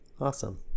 Awesome